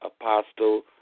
Apostle